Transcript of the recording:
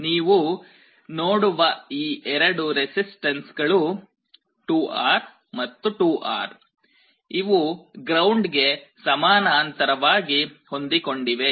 ನೀವು ನೋಡುವ ಈ ಎರಡು ರೆಸಿಸ್ಟನ್ಸ್ಗಳು 2R ಮತ್ತು 2R ಇವು ಗ್ರೌಂಡ್ ಗೆ ಸಮಾನಾಂತರವಾಗಿ ಹೊಂದಿಕೊಂಡಿವೆ